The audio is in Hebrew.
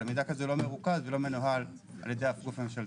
אבל מידע כזה לא מרוכז ולא מנוהל על ידי אף גוף ממשלתי.